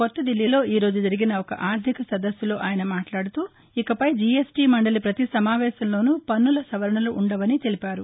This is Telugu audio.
కొత్త ధిల్లీలో ఈ రోజు జరిగిన ఒక ఆర్దిక సదస్సులో ఆయన మాట్లాడుతూ ఇక పై జీఎస్టీ మండలి ప్రతి సమావేశంలోను పన్నుల సవరణలు ఉండవని తెలిపారు